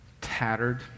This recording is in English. tattered